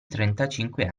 trentacinque